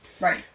Right